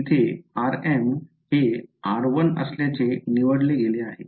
येथे rm हे r1 असल्याचे निवडले गेले आहे